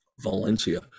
Valencia